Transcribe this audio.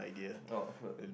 off work